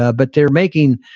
ah but they're making,